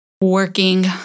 working